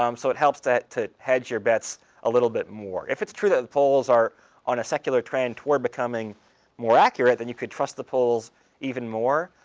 um so it helps to hedge your bets a little bit more. if it's true that the polls are on a secular trend toward becoming more accurate, then you could trust the polls even more.